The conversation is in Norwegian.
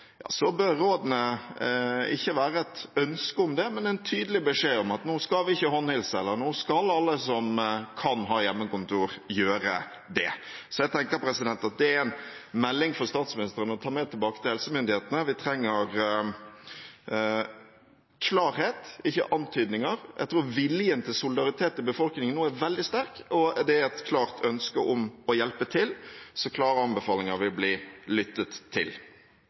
så bør rådene ikke være et ønske om det, men en tydelig beskjed om at nå skal vi ikke håndhilse, eller at nå skal alle som kan ha hjemmekontor, ha det. Jeg tenker at det er en melding for statsministeren å ta med tilbake til helsemyndighetene. Vi trenger klarhet, ikke antydninger. Jeg tror viljen til solidaritet i befolkningen nå er veldig sterk, og det er et klart ønske om å hjelpe til, så klare anbefalinger vil bli lyttet til.